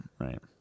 right